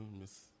Miss